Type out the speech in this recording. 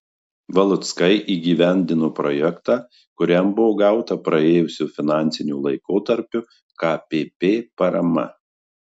valuckai įgyvendino projektą kuriam buvo gauta praėjusio finansinio laikotarpio kpp parama